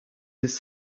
his